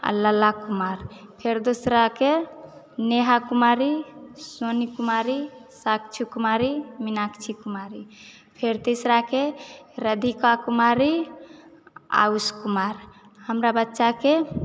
आ लल्ला कुमार फेर दूसराके नेहा कुमारी सोनी कुमारी साक्षी कुमारी मीनाक्षी कुमारी फेर तीसराके राधिका कुमारी आयुष कुमार हमरा बच्चाके